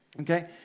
Okay